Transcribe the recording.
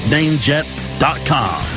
Namejet.com